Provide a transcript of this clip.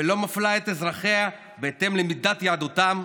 ולא מפלה את אזרחיה בהתאם למידת יהדותם,